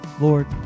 Lord